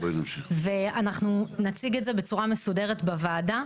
ואנחנו נציג את זה בצורה מסודרת בוועדה.